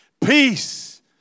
peace